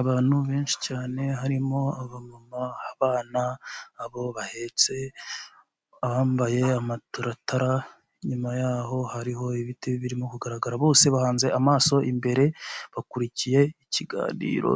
Abantu benshi cyane harimo abamama, abana, abo bahetse, abambaye amataratara, inyuma yaho hariho ibiti birimo kugaragara, bose bahanze amaso imbere bakurikiye ikiganiro